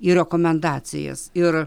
į rekomendacijas ir